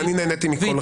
ואני נהניתי מכל רגע.